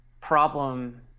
problem